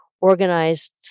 organized